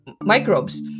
microbes